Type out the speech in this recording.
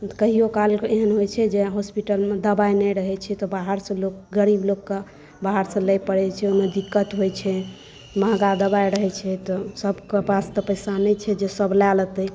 कहिओ काल एहन होइत छै जे हॉस्पीटलमे दबाइ नहि रहैत छै तऽ बाहरसँ लोक गरीब लोककेँ बाहरसँ लए पड़ैत छै ओहिमे दिक्कत होइत छै महँगा दबाइ रहैत छै तऽ सभके पास तऽ पैसा नहि छै जे सभ लए लेतै